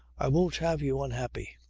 i won't have you unhappy.